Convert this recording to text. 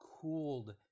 cooled